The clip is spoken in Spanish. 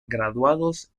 graduados